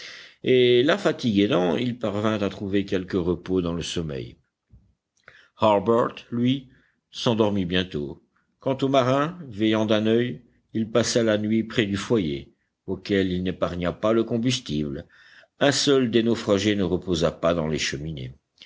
et la fatigue aidant il parvint à trouver quelque repos dans le sommeil harbert lui s'endormit bientôt quant au marin veillant d'un oeil il passa la nuit près du foyer auquel il n'épargna pas le combustible un seul des naufragés ne reposa pas dans les cheminées